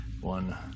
One